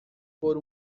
por